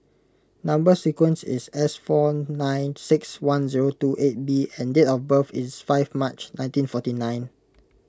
Number Sequence is S four nine six one zero two eight B and date of birth is five March nineteen forty nine